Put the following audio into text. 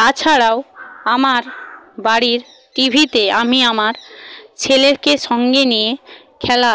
তাছাড়াও আমার বাড়ির টি ভিতে আমি আমার ছেলেকে সঙ্গে নিয়ে খেলা